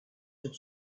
sur